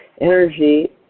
energy